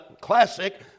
classic